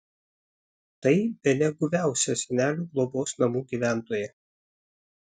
tai bene guviausia senelių globos namų gyventoja